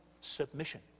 submission